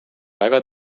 väga